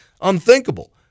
Unthinkable